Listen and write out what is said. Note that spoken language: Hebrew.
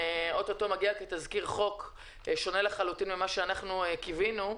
או-טו-טו מגיע כתזכיר חוק שונה לחלוטין ממה שאנחנו קיווינו,